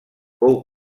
fou